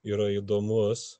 yra įdomus